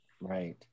Right